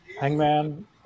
Hangman